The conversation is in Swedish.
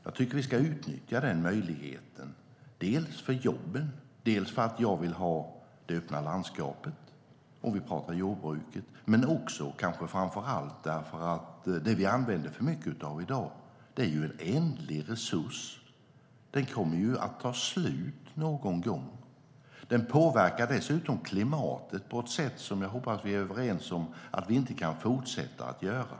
Jag tycker att vi ska utnyttja den möjligheten, dels för jobben, dels för att jag vill ha det öppna landskapet, om vi pratar jordbruket, men framför allt därför att det vi använder för mycket av i dag är en ändlig resurs. Den kommer ju att ta slut någon gång. Den påverkar dessutom klimatet på ett sätt som jag hoppas att vi är överens om att vi inte kan låta den fortsätta att göra.